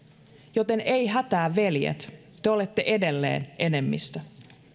joten ei hätää veljet te olette edelleen enemmistö